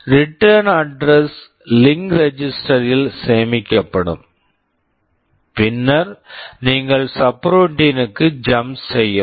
return address Return address link register link register இல் சேமிக்கப்படும் பின்னர் நீங்கள் சப்ரூட்டின் subroutine -க்கு ஜம்ப் jump செய்யவும்